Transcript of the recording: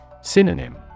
Synonym